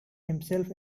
himself